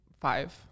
five